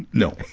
no,